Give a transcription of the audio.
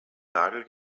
nagel